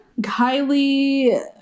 kylie